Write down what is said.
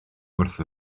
wrtho